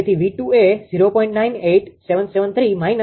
તેથી 𝑉2 એ 0